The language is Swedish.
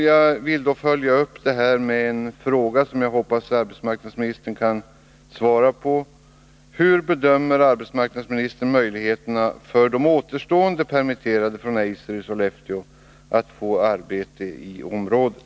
Jag vill följa upp detta med en fråga, som jag hoppas att arbetsmarknadsministern kan svara på: Hur bedömer arbetsmarknadsministern möjligheterna för de återstående permitterade från Eiser i Sollefteå att få arbete i området?